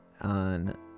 on